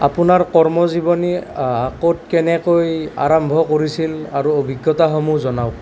আপোনাৰ কৰ্ম জীৱনী ক'ত কেনেকৈ আৰম্ভ কৰিছিল আৰু অভিজ্ঞতাসমূহ জনাওক